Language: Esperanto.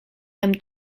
jam